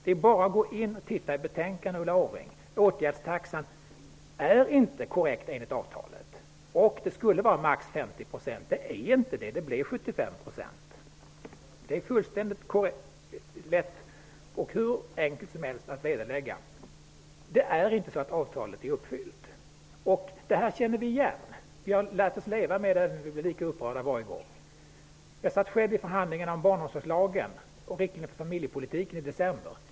Det är bara att läsa i betänkandet, Ulla Orring. Detta med åtgärdstaxan är inte korrekt enligt avtalet. Skillnaden skulle bli max 50 %. Men så är det inte, den blev 75 %. Det är hur enkelt som helst att vederlägga. Avtalet är inte uppfyllt. Vi känner igen detta. Vi har lärt oss att leva med det, även om vi blir lika upprörda varje gång. Jag var själv med vid förhandlingen om barnomsorgslagen och riktlinjer för familjepolitiken i december.